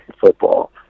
football